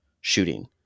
shooting